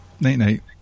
Night-night